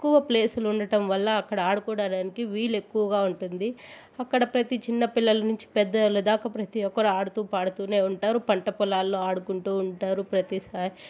ఎక్కువ ప్లేసులు ఉండటం వల్ల అక్కడ ఆడుకోవడానికి వీలు ఎక్కువగా ఉంటుంది అక్కడ ప్రతి చిన్నపిల్లల నుంచి పెద్ద వాళ్ళ దాకా ప్రతి ఒక్కరు ఆడుతు పాడుతు ఉంటారు పంట పొలాల్లో ఆడుకుంటు ఉంటారు ప్రతిసారి